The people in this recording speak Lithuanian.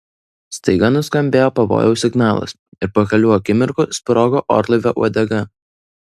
staiga nuskambėjo pavojaus signalas ir po kelių akimirkų sprogo orlaivio uodega